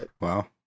wow